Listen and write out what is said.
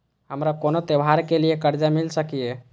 हमारा कोनो त्योहार के लिए कर्जा मिल सकीये?